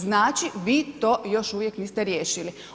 Znači vi to još uvijek niste riješili.